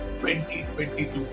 2022